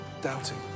doubting